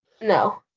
No